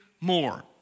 more